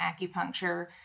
acupuncture